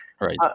Right